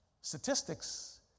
Statistics